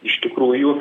iš tikrųjų